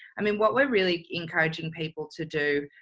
i mean, what we're really encouraging people to do,